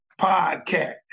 podcast